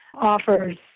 offers